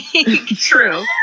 true